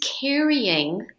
carrying